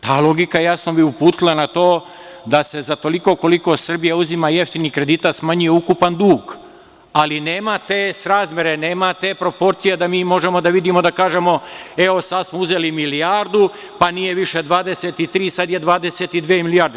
Ta logika bi jasno uputila na to da se za toliko koliko Srbija uzima jeftinih kredita smanjuje ukupan dug, ali nema te srazmere, nema te proporcije da mi možemo da vidimo, da kažemo – evo sada smo uzeli milijardu, pa nije više 23, sada je 22 milijarde.